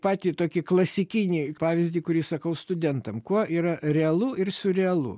patį tokį klasikinį pavyzdį kurį sakau studentam kuo yra realu ir surealu